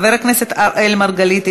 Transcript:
חבר הכנסת אראל מרגלית,